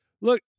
Look